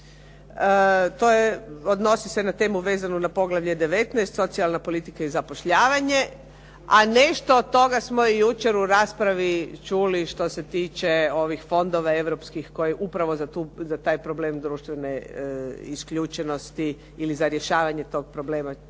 vezano na temu vezanu na poglavlje XIX – Socijalna politika i zapošljavanje, a nešto od toga smo i jučer u raspravi čuli što se tiče ovih fondova europskih koji upravo za taj problem društvene isključenosti ili za rješavanje tog problema ćemo